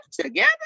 together